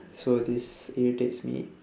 so this irritates me